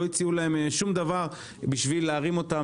לא הציעו להם שום דבר בשביל להרים אותם